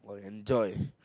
enjoy